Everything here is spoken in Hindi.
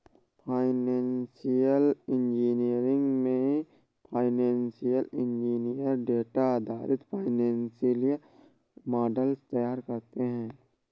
फाइनेंशियल इंजीनियरिंग में फाइनेंशियल इंजीनियर डेटा आधारित फाइनेंशियल मॉडल्स तैयार करते है